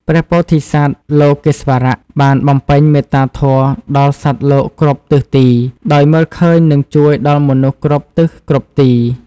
ព្រះពោធិសត្វ លោកេស្វរៈ បានបំពេញមេត្តាធម៌ដល់សត្វលោកគ្រប់ទិសទី ដោយមើលឃើញនិងជួយដល់មនុស្សគ្រប់ទិសគ្រប់ទី។